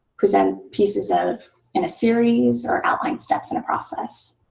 present pieces of in a series or outline steps in a process.